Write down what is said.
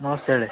ನಮಸ್ತೇ ಹೇಳಿ